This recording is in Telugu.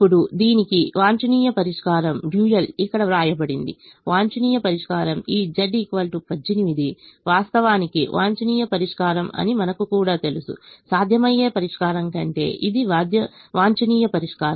ఇప్పుడు దీనికి వాంఛనీయ పరిష్కారం డ్యూయల్ ఇక్కడ వ్రాయబడింది వాంఛనీయ పరిష్కారం ఈ Z 18 వాస్తవానికి వాంఛనీయ పరిష్కారం అని మనకు కూడా తెలుసు సాధ్యమయ్యే పరిష్కారం కంటే ఇది వాంఛనీయ పరిష్కారం